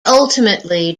ultimately